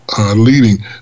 leading